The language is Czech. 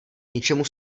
ničemu